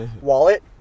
wallet